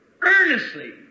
earnestly